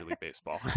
Baseball